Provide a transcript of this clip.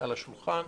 על השולחן.